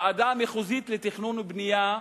ועדה מחוזית לתכנון ובנייה,